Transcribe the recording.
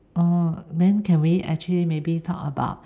orh then can we actually maybe talk about